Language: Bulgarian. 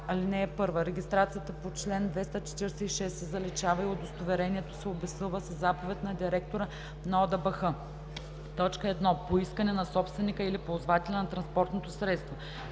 246а. (1) Регистрацията по чл. 246 се заличава и удостоверението се обезсилва със заповед на директора на ОДБХ: 1. по искане на собственика или ползвателя на транспортното средство;